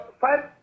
five